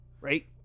Right